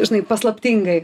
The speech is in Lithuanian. žinai paslaptingai